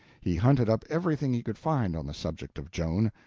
he hunted up everything he could find on the subject of joan,